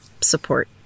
support